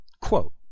Quote